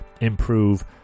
Improve